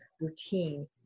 routine